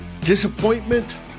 Disappointment